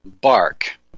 bark